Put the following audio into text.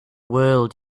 world